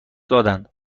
دادند